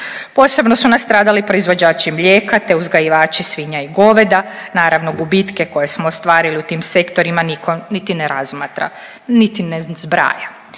Posebno su nastradali proizvođači mlijeka te uzgajivači svinja i goveda, naravno gubitke koje smo ostvarili u tim sektorima niko niti ne razmatra, niti ne zbraja.